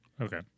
Okay